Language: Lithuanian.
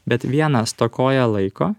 bet viena stokoja laiko